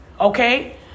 Okay